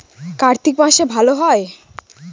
কার্তিক মাসে ভালো হয়?